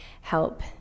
help